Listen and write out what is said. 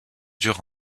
dure